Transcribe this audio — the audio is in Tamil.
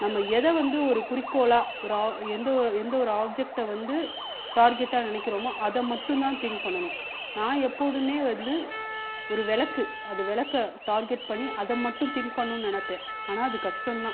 நம்ம எதை வந்து ஒரு குறிக்கோளாக ஒரு ஆ எந்த ஒரு எந்த ஒரு ஆப்ஜெக்ட்டை வந்து டார்கெட்டாக நி நினைக்கிறமோ அதை மட்டும் தான் திங் பண்ணணும் நான் எப்போதுமே வந்து ஒரு விளக்கு அது விளக்க டார்கெட் பண்ணி அதை மட்டும் திங்க் பண்ணணும் நினப்பேன் ஆனால் அது கஷ்டம்தான்